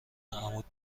عمود